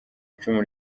icumu